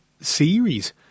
series